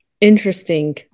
Interesting